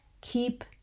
keep